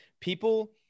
People